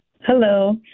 Hello